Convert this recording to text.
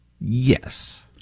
Yes